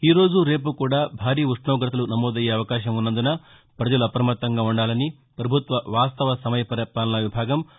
ఈరోజు రేపు కూడా భారీ ఉష్ణోగతలు నమోదయ్యే అవకాశం ఉ న్నందున ప్రజలు అప్రమత్తంగా ఉండాలని ప్రభుత్వ వాస్తవ సమయ పరిపాలన విభాగం